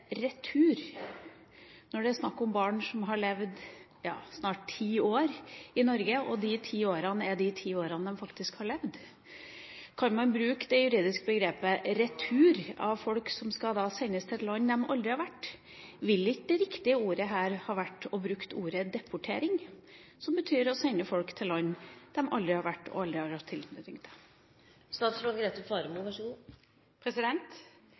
når det er snakk om barn som har levd snart ti år i Norge – og når de ti årene er de ti årene de faktisk har levd. Kan man bruke det juridiske begrepet «retur» om folk som skal sendes til et land de aldri har vært i? Ville ikke det riktige ordet her være «deportering», som betyr å sende folk til land de aldri har vært i og aldri hatt tilknytning til?